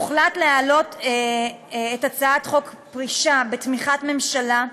הוחלט להעלות את הצעת חוק הפרישה בתמיכת ממשלה,